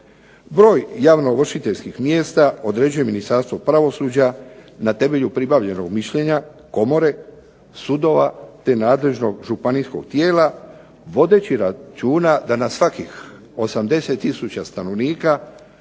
Broj javno ovršiteljskih mjesta određuje Ministarstvo pravosuđa na temelju pribavljenog mišljenja komore, sudova, te nadležnog županijskog tijela vodeći računa da na svakih 80 tisuća stanovnika